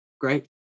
Great